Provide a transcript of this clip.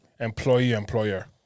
employee-employer